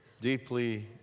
deeply